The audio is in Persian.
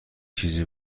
چیزی